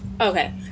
Okay